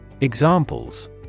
Examples